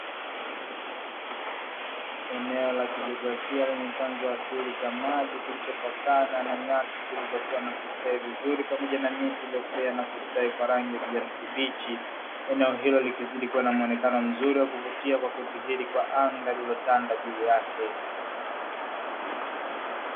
Eneo la kijiografia lenye chanzo asili cha maji kilichopakana na nyasi zilizokuwa na kustawi vizuri pamoja na miti iliyopea na kustawi kwa rangi ya kijani kibichi. Eneo hilo likizidi kuwa na muonekano mzuri wa kuvutia kwa kudhihiri kwa anga lililotanda juu yake.